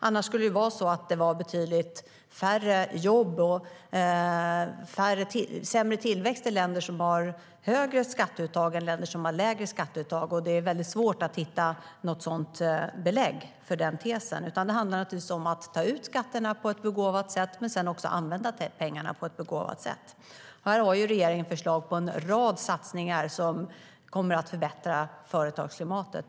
Annars skulle det vara betydligt färre jobb och sämre tillväxt i länder som har högre skatteuttag än i länder som har lägre skatteuttag, och det är väldigt svårt att hitta något belägg för den tesen. I stället handlar det om att ta ut skatterna på ett begåvat sätt och sedan också använda pengarna på ett begåvat sätt. Här har regeringen förslag på en rad satsningar som kommer att förbättra företagsklimatet.